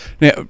Now